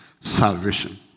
salvation